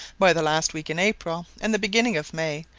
by the last week in april and the beginning of may,